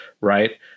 right